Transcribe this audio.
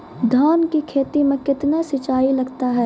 धान की खेती मे कितने सिंचाई लगता है?